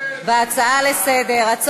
ההצעה לסדר-היום,